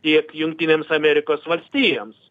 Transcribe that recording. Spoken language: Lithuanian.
tiek jungtinėms amerikos valstijoms